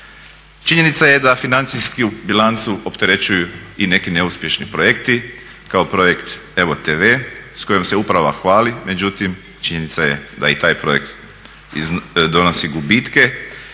Činjenica je da financijsku bilancu opterećuju i neki neuspješni projekti kao projekt EVO TV s kojima se uprava hvali, međutim, činjenica je da i taj projekt donosi gubitke.